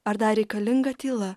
ar dar reikalinga tyla